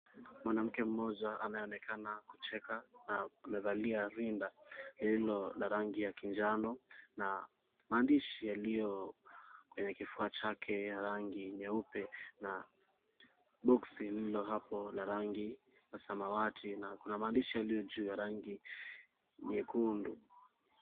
Mwanamke mmoja anayeonekana kucheka na amevalia rinda lililola rangi ya kinjano na maandishi yaliyo kwenye kifaa chake ya rangi nyeupe na boxi lililo hapo la rangi ya samawati na kuna maandishi yaliyojuu ya rangi nyekundu.